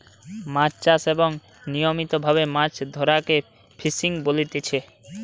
মাছ চাষ এবং নিয়মিত ভাবে মাছ ধরাকে ফিসিং বলতিচ্ছে